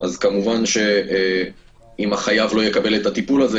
כמובן שאם החייב לא יקבל את הטיפול הזה,